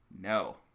no